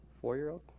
Four-year-old